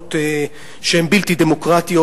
הצעות שהן בלתי דמוקרטיות,